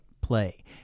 play